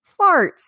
farts